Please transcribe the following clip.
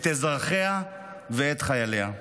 את אזרחיה ואת חייליה.